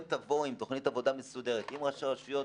תבואו עם תוכנית עבודה מסודרת עם ראש הרשויות,